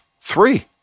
Three